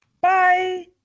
Bye